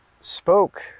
spoke